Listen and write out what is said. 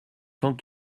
cent